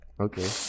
okay